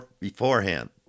beforehand